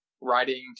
writing